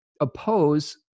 oppose